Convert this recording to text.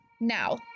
Now